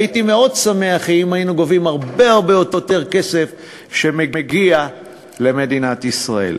הייתי שמח מאוד אם היינו גובים הרבה הרבה יותר כסף שמגיע למדינת ישראל.